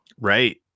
Right